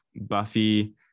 Buffy